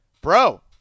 bro